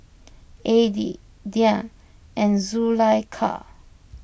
Adi Dian and Zulaikha